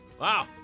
Wow